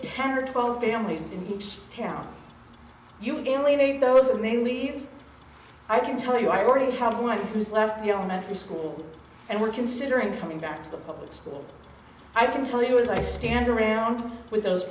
ten or twelve families in each town you can leave those of maine leave i can tell you i already have one who's left the elementary school and we're considering coming back to the public school i can tell you as i stand around with those